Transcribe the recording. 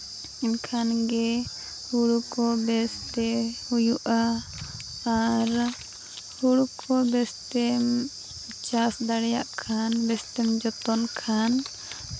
ᱮᱱᱠᱷᱟᱱ ᱜᱮ ᱦᱩᱲᱩ ᱠᱚ ᱵᱮᱥᱛᱮ ᱦᱩᱭᱩᱜᱼᱟ ᱟᱨ ᱦᱩᱲᱩ ᱠᱚ ᱵᱮᱥᱛᱮᱢ ᱪᱟᱥ ᱫᱟᱲᱮᱭᱟᱜ ᱠᱷᱟᱱ ᱵᱮᱥᱛᱮᱢ ᱡᱚᱛᱚᱱ ᱠᱷᱟᱱ